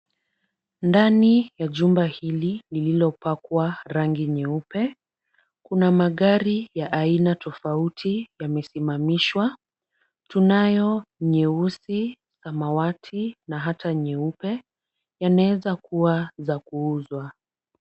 Ndani ya jumba hili lililopakwa rangi nyeupe, kuna magari ya aina tofauti yamesimamishwa. Tunayo nyeusi, samawati na hata nyeupe. Yanaweza kuwa za kuuzwa.